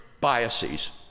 biases